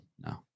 no